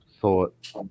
thought